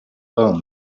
long